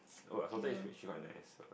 oh the salted egg is actually quite nice lah